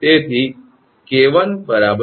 તેથી 𝐾1 0